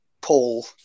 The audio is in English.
Paul